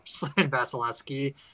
Vasilevsky